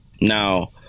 Now